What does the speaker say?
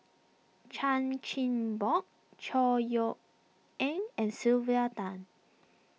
Chan Chin Bock Chor Yeok Eng and Sylvia Tan